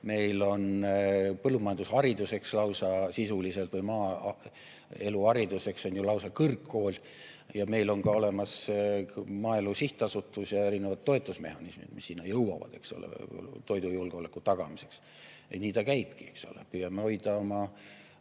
Meil on lausa põllumajandusharidus sisuliselt, või maaeluharidus, eks, on ju lausa kõrgkool. Ja meil on ka olemas maaelu sihtasutus ja erinevad toetusmehhanismid, mis sinna jõuavad toidujulgeoleku tagamiseks. Nii ta käibki, eks ole, püüame hoida oma